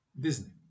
Disney